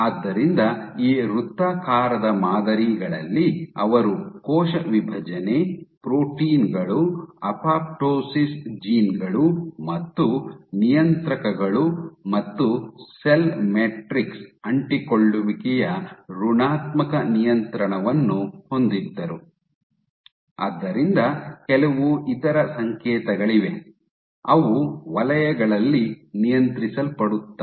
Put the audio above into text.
ಆದ್ದರಿಂದ ಈ ವೃತ್ತಾಕಾರದ ಮಾದರಿಗಳಲ್ಲಿ ಅವರು ಕೋಶ ವಿಭಜನೆ ಪ್ರೋಟೀನ್ ಗಳು ಅಪೊಪ್ಟೋಸಿಸ್ ಜೀನ್ ಗಳು ಮತ್ತು ನಿಯಂತ್ರಕಗಳು ಮತ್ತು ಸೆಲ್ ಮ್ಯಾಟ್ರಿಕ್ಸ್ ಅಂಟಿಕೊಳ್ಳುವಿಕೆಯ ಋಣಾತ್ಮಕ ನಿಯಂತ್ರಣವನ್ನು ಹೊಂದಿದ್ದರು ಆದ್ದರಿಂದ ಕೆಲವು ಇತರ ಸಂಕೇತಗಳಿವೆ ಅವು ವಲಯಗಳಲ್ಲಿ ನಿಯಂತ್ರಿಸಲ್ಪಡುತ್ತವೆ